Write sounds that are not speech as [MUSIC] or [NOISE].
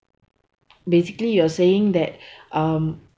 basically you are saying that [BREATH] um